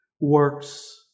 works